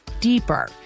deeper